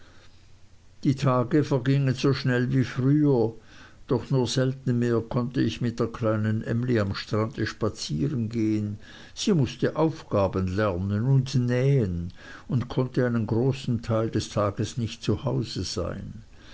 die tage vergingen so schnell wie früher doch nur selten mehr konnte ich mit der kleinen emly am strande spazieren gehen sie mußte aufgaben lernen und nähen und konnte einen großen teil des tags nicht zu hause sein